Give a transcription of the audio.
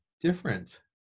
different